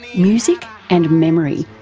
music and memory.